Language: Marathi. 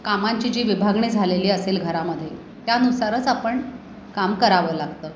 कामांची जी विभागणी झालेली असेल घरामध्ये त्यानुसारच आपण काम करावं लागतं